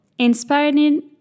inspiring